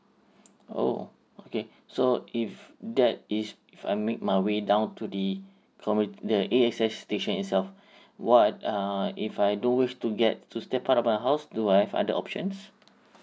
oh okay so if that is if I make my way down to the community the A_X_S station itself what err if I don't wish to get to step out of my house do I've other options